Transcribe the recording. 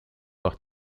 voir